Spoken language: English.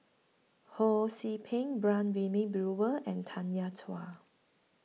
Ho See Peng Brown Wilmin Brewer and Tanya Chua